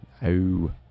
No